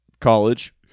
College